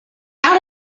out